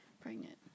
pregnant